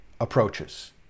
approaches